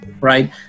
right